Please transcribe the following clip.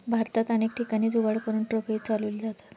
भारतात अनेक ठिकाणी जुगाड करून ट्रकही चालवले जातात